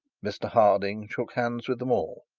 mr harding shook hands with them all,